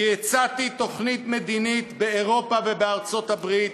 כי הצעתי תוכנית מדינית באירופה ובארצות-הברית,